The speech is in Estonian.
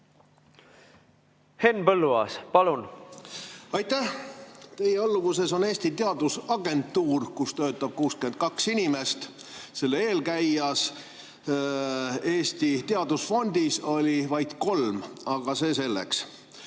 Henn Põlluaas, palun! Aitäh! Teie alluvuses on Eesti Teadusagentuur, kus töötab 62 inimest. Selle eelkäijas Eesti Teadusfondis oli vaid kolm, aga see selleks.